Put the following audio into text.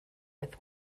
with